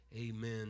Amen